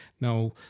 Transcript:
now